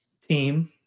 team